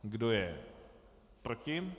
Kdo je proti?